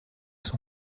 son